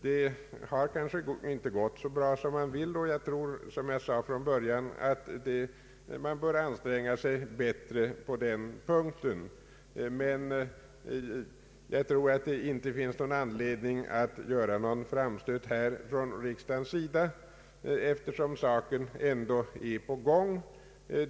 Det har kanske inte gått så bra som man vill, och jag tror som jag sade från början att man bör anstränga sig mera på denna punkt. Men det finns inte någon anledning att göra någon framstöt här från riksdagens sida, eftersom saken ändå är på gång.